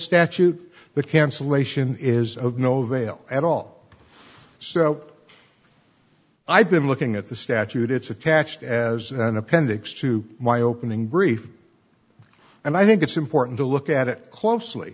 statute the cancellation is of no avail at all so i've been looking at the statute it's attached as an appendix to my opening brief and i think it's important to look at it closely